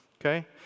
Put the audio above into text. Okay